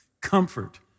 comfort